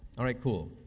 all right, cool,